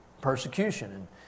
persecution